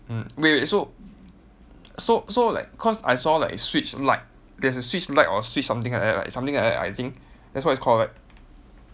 mm wait wait so so so like cause I saw like switch lite there's a switch lite or switch something like that right something like that I think that's what it's called right